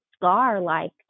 scar-like